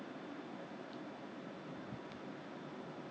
我就觉得 !aiyo! why so dirty they really put on the floor sorting you know